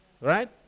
Right